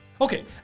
Okay